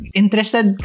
interested